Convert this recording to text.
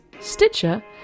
Stitcher